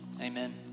Amen